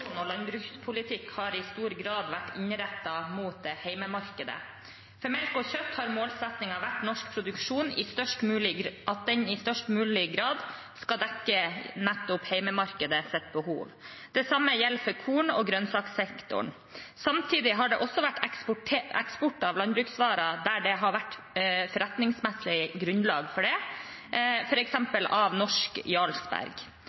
og landbrukspolitikk har i stor grad vært innrettet mot hjemmemarkedet. For melk og kjøtt har målsettingen vært at norsk produksjon i størst mulig grad skal dekke nettopp hjemmemarkedets behov. Det samme gjelder for korn- og grønnsakssektoren. Samtidig har det også vært eksport av landbruksvarer der det har vært forretningsmessig grunnlag for det,